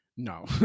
No